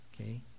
Okay